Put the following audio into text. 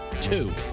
two